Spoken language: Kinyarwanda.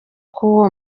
k’uwo